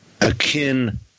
akin